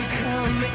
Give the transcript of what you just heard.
come